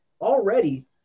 already